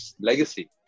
legacy